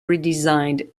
redesigned